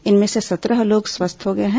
इनमें से सत्रह लोग स्वस्थ हो चुके हैं